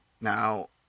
Now